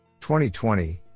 2020